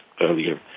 earlier